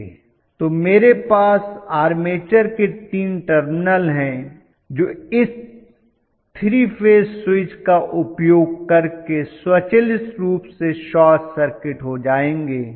तो मेरे पास आर्मेचर के 3 टर्मिनल हैं जो इस 3 फेज स्विच का उपयोग करके स्वचालित रूप से शॉर्ट हो जाएंगे